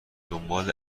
دنبال